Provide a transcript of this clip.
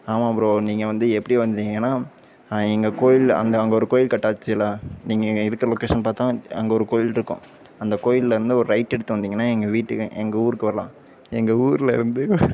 ஆமாம் ப்ரோ நீங்கள் வந்து எப்படி வந்தீங்கன்னா எங்கள் கோயில் அந்த அங்கே ஒரு கோயில் கட்டாச்சுல நீங்கள் இருக்கிற லொக்கேஷன் பார்த்தா அங்கே ஒரு கோயில் இருக்கும் அந்த கோயில்லேருந்து ஒரு ரைட்டெடுத்து வந்தீங்கன்னா எங்கள் வீட்டுக்கு எங்கள் ஊருக்கு வரலாம் எங்கள் ஊர்லேருந்து